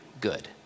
good